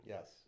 Yes